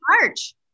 March